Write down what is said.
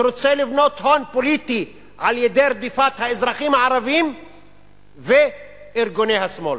שרוצה לבנות הון פוליטי על-ידי רדיפת האזרחים הערבים וארגוני השמאל.